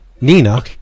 Nina